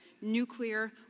nuclear